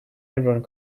everyone